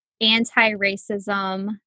anti-racism